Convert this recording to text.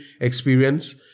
experience